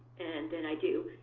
and then i do.